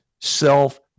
self